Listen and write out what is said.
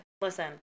Listen